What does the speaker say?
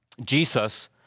Jesus